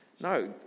No